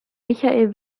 michael